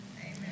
Amen